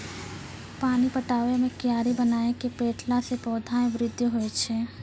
पानी पटाबै मे कियारी बनाय कै पठैला से पौधा मे बृद्धि होय छै?